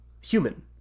human